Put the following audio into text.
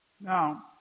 Now